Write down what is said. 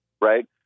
Right